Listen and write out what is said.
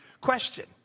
question